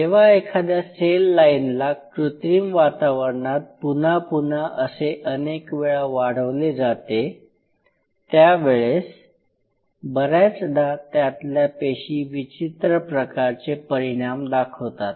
जेव्हा एखाद्या सेल लाईनला कृत्रिम वातावरणात पुन्हा पुन्हा असे अनेक वेळा वाढवले जाते त्यावेळेस बऱ्याचदा त्यातल्या पेशी विचित्र प्रकारचे परिणाम दाखवतात